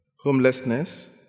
homelessness